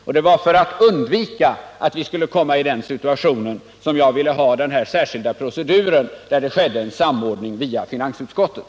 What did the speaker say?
Och det var för att undvika att vi skulle komma i den situationen som jag ville ha den här särskilda proceduren där det skulle ske en samordning via finansutskottet.